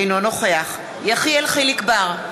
אינו נוכח יחיאל חיליק בר,